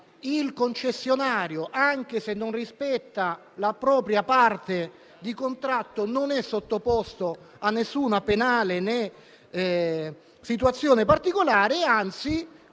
il concessionario, anche se non rispetta la propria parte di contratto, non è sottoposto a nessuna penale né situazione particolare, anzi,